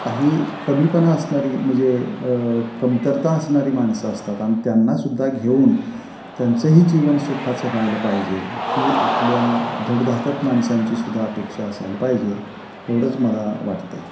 काही कमीपणा असणारी म्हणजे कमतरता असणारी माणसं असतात आणि त्यांनासुद्धा घेऊन त्यांचंही जीवन सुखाचं व्हायला पाहिजे ही आपल्या धडधाकट माणसांची सुद्धा अपेक्षा असायला पाहिजे एवढंच मला वाटतं आहे